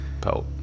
pelt